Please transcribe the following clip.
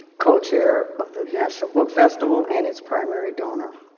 co-chair of the national book festival, and is primary donor.